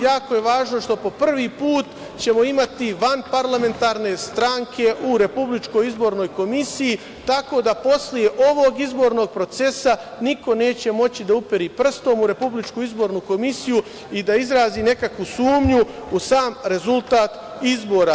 Jako je važno što ćemo po prvi put imati vanparlamentarne stranke i Republičkoj izbornoj komisiji, tako da posle ovog izbornog procesa niko neće moći da uperi prstom u RIK i da izrazi nekakvu sumnju u sam rezultat izbora.